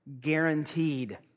guaranteed